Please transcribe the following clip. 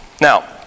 Now